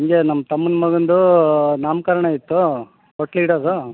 ಹಿಂಗೇ ನಮ್ಮ ತಮ್ಮನ ಮಗಂದು ನಾಮಕರ್ಣ ಇತ್ತು ವಕ್ಲು ಇಡೋದು